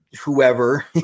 whoever